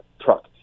truck